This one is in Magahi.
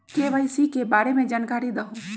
के.वाई.सी के बारे में जानकारी दहु?